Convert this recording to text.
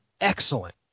excellent